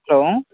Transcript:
hello